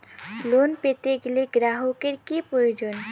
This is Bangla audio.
লোন পেতে গেলে গ্রাহকের কি প্রয়োজন?